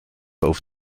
auf